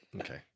Okay